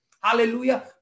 Hallelujah